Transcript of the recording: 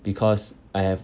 because I have